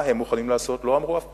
מה הם מוכנים לעשות, לא אמרו אף פעם.